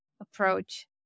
approach